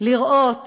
לראות